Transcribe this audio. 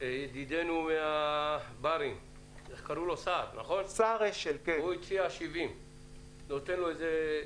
כולם --- ידידנו מהברים הציע 70 אנשים.